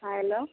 hello